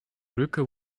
brücke